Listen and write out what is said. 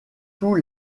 tous